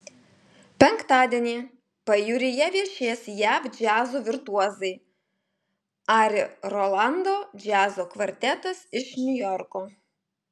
penktadienį pajūryje viešės jav džiazo virtuozai ari rolando džiazo kvartetas iš niujorko